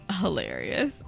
Hilarious